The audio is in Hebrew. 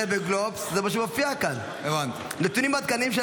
זה מה שמופיע כאן בגלובס: "נתונים עדכניים של